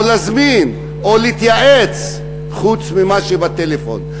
להזמין או להתייעץ חוץ ממה שדובר בטלפון.